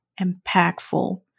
impactful